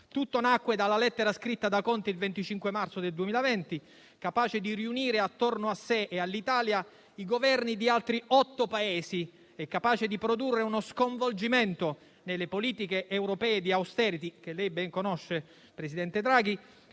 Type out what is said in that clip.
Tutto nacque dalla lettera scritta da Conte il 25 marzo 2020, capace di riunire attorno a sé e all'Italia i Governi di altri 8 Paesi e di produrre uno sconvolgimento nelle politiche europee di *austerity*, che lei ben conosce, presidente Draghi.